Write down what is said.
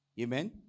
Amen